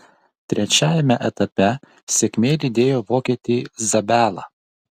trečiajame etape sėkmė lydėjo vokietį zabelą